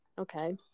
Okay